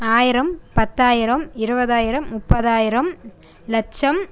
ஆயிரம் பத்தாயிரம் இருபதாயிரம் முப்பதாயிரம் லட்சம்